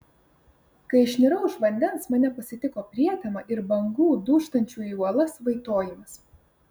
kai išnirau iš vandens mane pasitiko prietema ir bangų dūžtančių į uolas vaitojimas